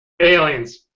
aliens